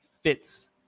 fits